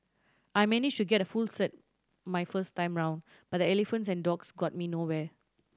I manage to get a full cert my first time round but the elephants and dogs got me nowhere